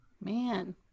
Man